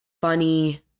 funny